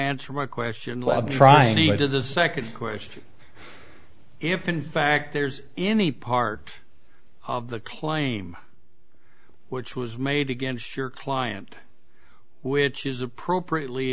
answer my question lab trying to get to the second question if in fact there's any part of the claim which was made against your client which is appropriately